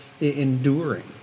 enduring